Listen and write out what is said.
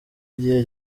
igihe